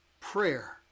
prayer